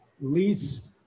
least